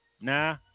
nah